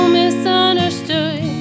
misunderstood